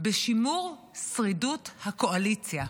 בשימור שרידות הקואליציה.